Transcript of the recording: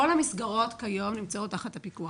כל המסגרות כיום נמצאות תחת הפיקוח.